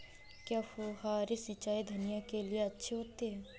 क्या फुहारी सिंचाई धनिया के लिए अच्छी होती है?